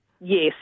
Yes